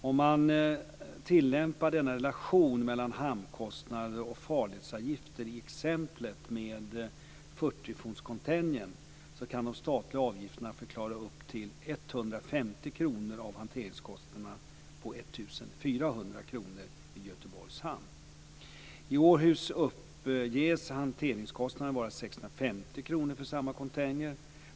Om man tillämpar denna relation mellan hamnkostnader och farledsavgifter i exemplet med 40-fots-containern kan de statliga avgifterna förklara upp till 150 kr av hanteringskostnaderna på 1 400 kr i Göteborgs hamn. I Åhus uppges hanteringskostnaderna vara 650 kr för samma container.